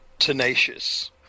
tenacious